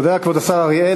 תודה, כבוד השר אריאל.